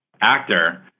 actor